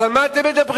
אז על מה אתם מדברים?